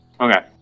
Okay